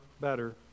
better